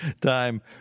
time